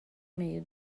meio